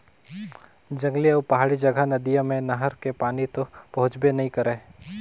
जंगल अउ पहाड़ी जघा नदिया मे नहर के पानी तो पहुंचबे नइ करय